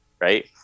right